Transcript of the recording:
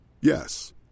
Yes